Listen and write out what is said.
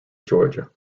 georgia